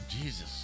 Jesus